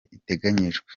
iteganyijwe